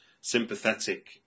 sympathetic